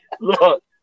Look